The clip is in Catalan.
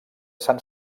sant